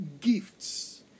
gifts